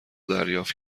دریافت